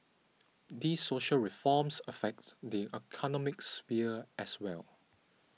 these social reforms affect the economic sphere as well